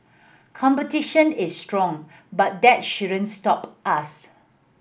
competition is strong but that shouldn't stop us